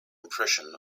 impression